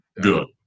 good